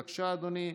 בבקשה, אדוני.